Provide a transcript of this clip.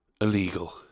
Illegal